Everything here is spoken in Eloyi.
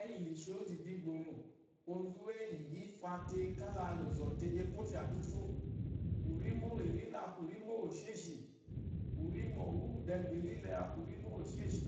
Ɛ́yí la i shi ónzù ìdigbòmò onzu úwù ɛ́yí i fa te kála la ò zɔ̀ te e pwu ɔ́fyà dú fô. Ùrímò úwù o rí le a kwu ùrímò úwù éshêshì, ùrímò úwù dɛɛ gbà ò rí le a kwu ùrímò úwù èshêshì.